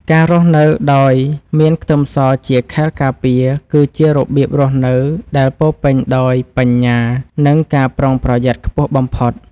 ការរស់នៅដោយមានខ្ទឹមសជាខែលការពារគឺជារបៀបរស់នៅដែលពោរពេញដោយបញ្ញានិងការប្រុងប្រយ័ត្នខ្ពស់បំផុត។